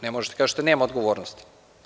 Ne možete da kažete, nema odgovornosti.